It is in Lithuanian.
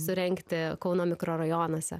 surengti kauno mikrorajonuose